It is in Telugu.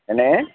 అండీ